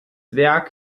werk